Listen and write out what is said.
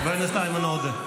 חבר הכנסת איימן עודה.